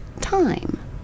time